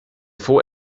vor